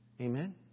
Amen